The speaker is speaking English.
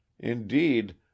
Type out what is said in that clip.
Indeed